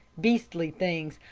beastly things,